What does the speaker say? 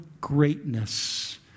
greatness